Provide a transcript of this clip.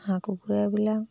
হাঁহ কুকুৰাবিলাক